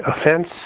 offense